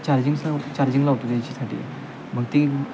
charging सांग charging लावतो त्याच्यासाठी मग ती